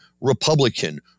Republican